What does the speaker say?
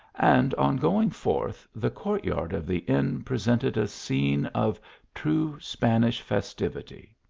and on going forth, the court-yard of the inn presented a scene of true spanish festivity.